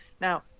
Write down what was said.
now